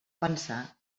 pensar